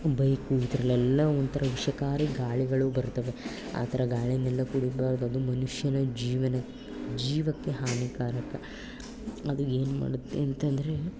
bike ಈ ಥರದ್ದೆಲ್ಲ ಒಂಥರ ವಿಷಕಾರಿ ಗಾಳಿಗಳು ಬರುತ್ತವೆ ಆ ಥರ ಗಾಳಿಯೆಲ್ಲ ಕುಡಿಬಾರದು ಅದು ಮನುಷ್ಯನ ಜೀವನಕ್ಕೆ ಜೀವಕ್ಕೆ ಹಾನಿಕಾರಕ ಅದು ಏನು ಮಾಡುತ್ತೆ ಅಂತಂದರೆ